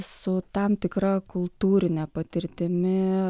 su tam tikra kultūrine patirtimi